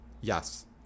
yes